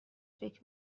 فکر